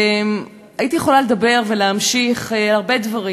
והייתי יכולה לדבר, להמשיך, על הרבה דברים,